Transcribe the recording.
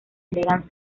entregan